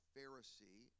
Pharisee